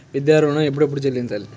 విద్యా ఋణం ఎప్పుడెప్పుడు చెల్లించాలి?